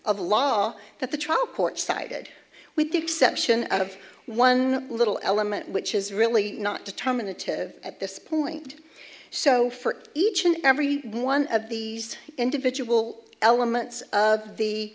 of law that the trial court sided with the exception of one little element which is really not determinative at this point so for each and every one of these individual elements of the